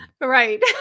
right